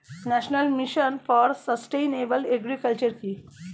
National mission for sustainable agriculture কি?